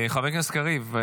חבר הכנסת קריב,